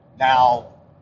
Now